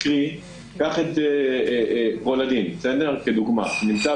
קרי, ניקח את רולדין כדוגמה שהוא נמצא